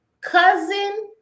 cousin